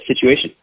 situation